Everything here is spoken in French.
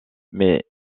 mais